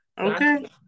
Okay